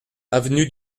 avenue